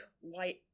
white